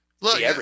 Look